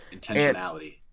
Intentionality